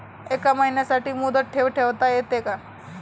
एका महिन्यासाठी मुदत ठेव ठेवता येते का?